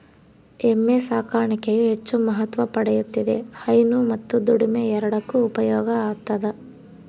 ಎಮ್ಮೆ ಸಾಕಾಣಿಕೆಯು ಹೆಚ್ಚು ಮಹತ್ವ ಪಡೆಯುತ್ತಿದೆ ಹೈನು ಮತ್ತು ದುಡಿಮೆ ಎರಡಕ್ಕೂ ಉಪಯೋಗ ಆತದವ